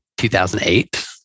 2008